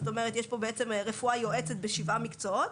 זאת אומרת, יש פה בעצם רפואה יועצת בשבעה מקצועות,